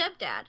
stepdad